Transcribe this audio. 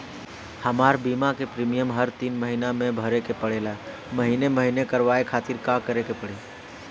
हमार बीमा के प्रीमियम हर तीन महिना में भरे के पड़ेला महीने महीने करवाए खातिर का करे के पड़ी?